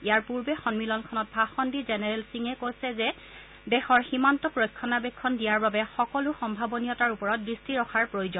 ইয়াৰ পূৰ্বে সম্মিলনখনত ভাষণ দি জেনেৰেল সিঙে কয় যে দেশৰ সীমান্তক ৰক্ষণাবেক্ষণ দিয়াৰ বাবে সকলো সম্ভাৱনীয়তাৰ ওপৰত দৃষ্টি ৰখাৰ প্ৰয়োজন